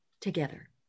together